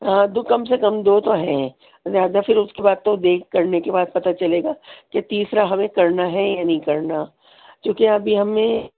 ہاں دو کم سے کم دو تو ہیں اور زیادہ پھر اس کے بعد تو ویٹ کرنے کے بعد پتہ چلے گا کہ تیسرا ہمیں کرنا ہے یا نہیں کرنا کیونکہ ابھی ہمیں